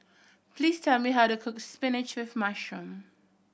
please tell me how to cook spinach with mushroom